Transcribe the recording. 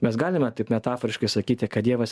mes galime taip metaforiškai sakyti kad dievas